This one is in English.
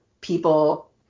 people